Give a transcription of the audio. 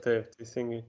taip teisingai